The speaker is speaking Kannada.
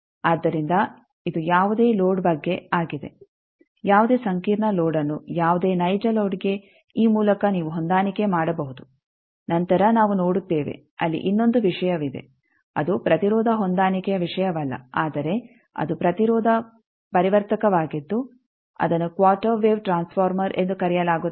ಆದ್ದರಿಂದ ಇದು ಯಾವುದೇ ಲೋಡ್ ಬಗ್ಗೆ ಆಗಿದೆ ಯಾವುದೇ ಸಂಕೀರ್ಣ ಲೋಡ್ ಅನ್ನು ಯಾವುದೇ ನೈಜ ಲೋಡ್ಗೆ ಈ ಮೂಲಕ ನೀವು ಹೊಂದಾಣಿಕೆ ಮಾಡಬಹುದು ನಂತರ ನಾವು ನೋಡುತ್ತೇವೆ ಅಲ್ಲಿ ಇನ್ನೊಂದು ವಿಷಯವಿದೆ ಅದು ಪ್ರತಿರೋಧ ಹೊಂದಾಣಿಕೆಯ ವಿಷಯವಲ್ಲ ಆದರೆ ಅದು ಪ್ರತಿರೋಧ ಪರಿವರ್ತಕವಾಗಿದ್ದು ಅದನ್ನು ಕ್ವಾರ್ಟರ್ ವೇವ್ ಟ್ರಾನ್ಸ್ ಫಾರ್ಮರ್ಎಂದು ಕರೆಯಲಾಗುತ್ತದೆ